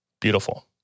Beautiful